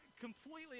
completely